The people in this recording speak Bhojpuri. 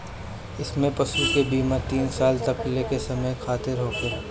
इमें पशु के बीमा तीन साल तकले के समय खातिरा होखेला